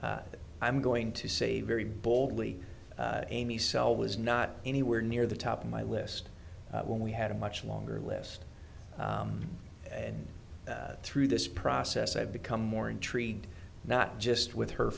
that i'm going to say very boldly amy cell was not anywhere near the top of my list when we had a much longer list and through this process i've become more intrigued not just with her